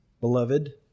beloved